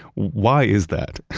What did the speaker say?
why is that?